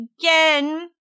again